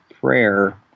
prayer